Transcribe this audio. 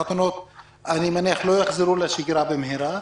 אני מניח שהחתונות לא יחזרו לשגרה במהרה.